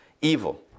evil